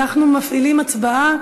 אנחנו מפעילים הצבעה,